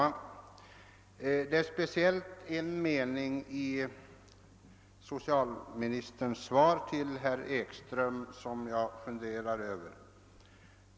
Herr talman! Speciellt en mening i socialministerns svar till herr Ekström funderar jag över.